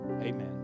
Amen